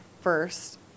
first